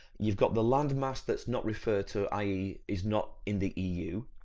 you've got the landmass that's not referred to, i e. is not in the eu,